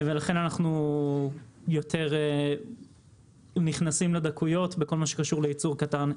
לכן אנחנו נכנסים לדקויות בכל מה שקשור לייצור קטן.